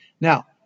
Now